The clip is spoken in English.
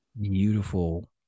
Beautiful